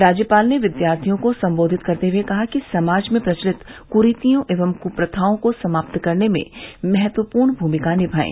राज्यपाल ने विद्यार्थियों को सम्बोधित करते हुए कहा कि समाज में प्रचलित क्रीतियों एवं क्प्रथाओं को समाप्त करने में महत्वपूर्ण भूमिका निमायें